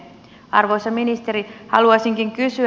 arvoisa ministeri haluaisinkin kysyä